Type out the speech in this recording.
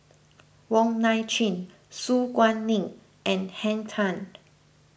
Wong Nai Chin Su Guaning and Henn Tan